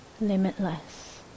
limitless